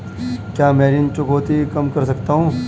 क्या मैं ऋण चुकौती कम कर सकता हूँ?